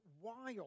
wild